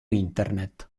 internet